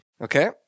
Okay